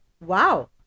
Wow